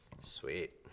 sweet